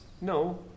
No